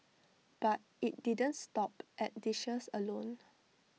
but IT didn't stop at dishes alone